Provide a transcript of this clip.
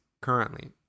currently